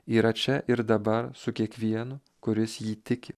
yra čia ir dabar su kiekvienu kuris jį tiki